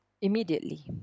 immediately